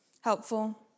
helpful